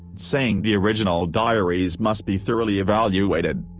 saying the original diaries must be thoroughly evaluated.